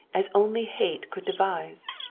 as only hate could devise.